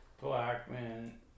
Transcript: Blackman